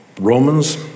Romans